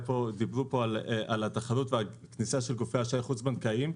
דיברו פה על התחרות והכניסה של גופי אשראי חוץ בנקאיים,